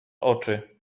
oczy